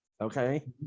okay